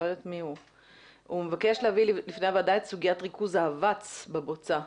הוא מבקש להביא בפני הוועדה את סוגיית ריכוז האבץ בבוצה.